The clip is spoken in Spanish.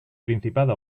principado